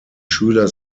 schüler